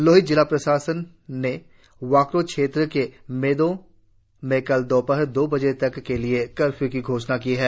लोहित जिला प्रशासन ने वाकरों क्षेत्र के मेदो में कल दोपहर दो बजे तक के लिए कर्फ्य् की घोषणा की है